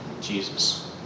Jesus